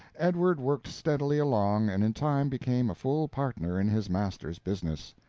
edward worked steadily along, and in time became a full partner in his master's business.